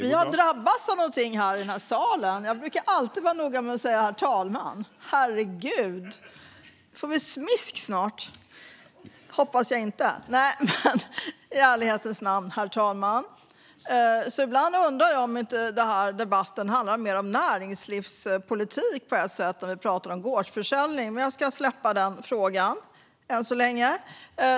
Ibland när vi pratar om gårdsförsäljning undrar jag om inte den här debatten handlar mer om näringslivspolitik, men jag släpper den frågan för tillfället.